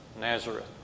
Nazareth